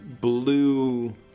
blue